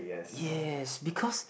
yes because